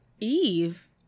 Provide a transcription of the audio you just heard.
Eve